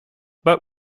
but